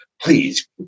please